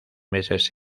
meses